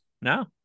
No